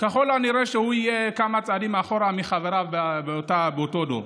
ככל הנראה שהוא יהיה כמה צעדים אחורה מחבריו באותו דור.